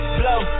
blow